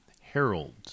Harold